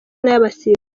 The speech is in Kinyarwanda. n’abasifuzi